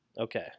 Okay